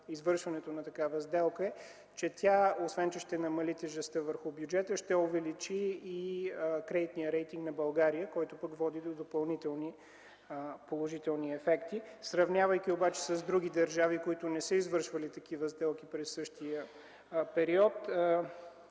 извършването на такава сделка е, че тя, освен че ще намали тежестта върху бюджета, ще увеличи и кредитния рейтинг на България, което пък води до допълнителни положителни ефекти. Сравнявайки се обаче с други държави, които не са извършвали такива сделки през същия период,